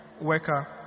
worker